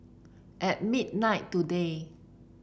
at midnight today